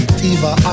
fever